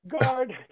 guard